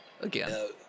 Again